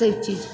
सभ चीज